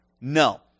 No